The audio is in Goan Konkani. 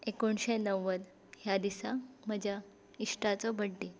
एकोणशें णव्वद ह्या दिसा म्हज्या इश्टाचो बड्डे